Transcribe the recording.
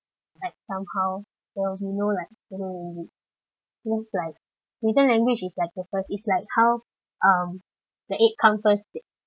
like somehow well you know like um looks like written language is like the fir~ is like how um the egg come first